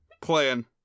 playing